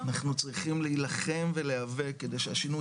אנחנו צריכים להילחם ולהיאבק כדי שהשינוי